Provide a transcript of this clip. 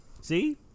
See